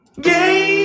Game